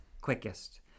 quickest